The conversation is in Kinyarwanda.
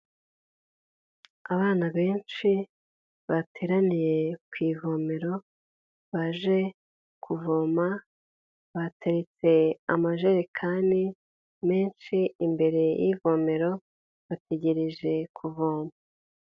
Abana benshi bateraniye ku ivomero baje kuvoma, bateretse amajerekani menshi imbere y'ivomero bategereje kuvoma.